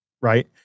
right